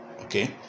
Okay